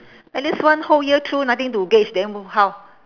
at least one whole year through nothing to gauge then h~ how